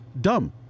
Dumb